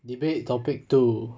debate topic two